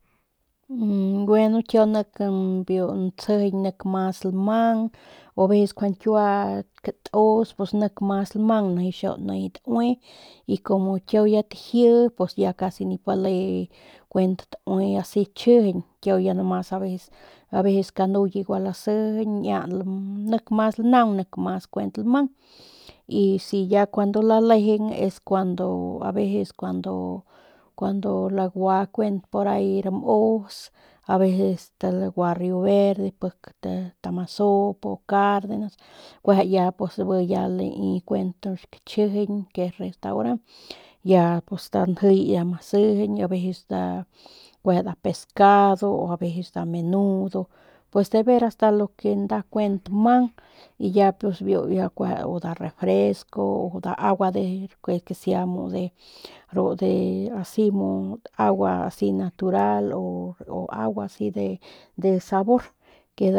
gueno kiau nik biu nsijiñ biu nik mas lamang o a veces pues nkjuande de biu kiua katus pues biu nik mas lamang nijiy xiau taui y como kiau ya tajii pus ya casi nip bale kuent taui asi chjijiñ kiau ya a veces a veces kanuye gua lasijiñ niña nik mas lanaung nik kuent mas lamang y si ya cuando lalegeng es cuando a veces cuando cuando lagua kuent porahi ramus a veces lagua rio verde pik tamasopo o cardenas kueje pues bi ya lai pues kuent kachijiñ biu restauran ya pus nda njiy ya pus ama sijiñ o a veces nda kueje nda pescado a veces nda menudo o pues deveras lo que nda kuent nda mang y ya pus biu kueje o nda refresco o nda agua uaunque sea mu u de asi mu agua asi natural o agua asi de sabor que